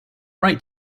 right